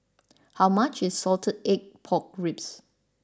how much is Salted Egg Pork Ribs